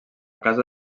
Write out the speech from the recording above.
casa